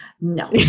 No